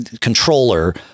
controller